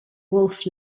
wolf